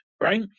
right